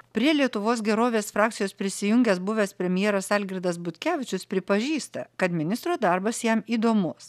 prie lietuvos gerovės frakcijos prisijungęs buvęs premjeras algirdas butkevičius pripažįsta kad ministro darbas jam įdomus